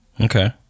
Okay